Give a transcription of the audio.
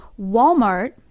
walmart